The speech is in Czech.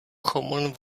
common